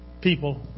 people